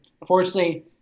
unfortunately